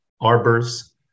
arbors